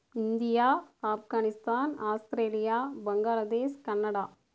India Afghanistan Australia Bangladesh Canada